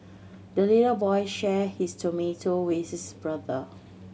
the little boy shared his tomato with his brother